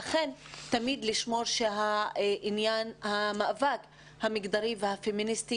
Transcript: אכן תמיד לשמור שעניין המאבק המגדרי והפמיניסטי